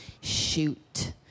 shoot